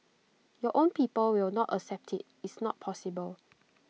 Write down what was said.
your own people will not accept IT it's not possible